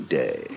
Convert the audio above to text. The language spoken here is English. day